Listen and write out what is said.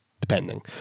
depending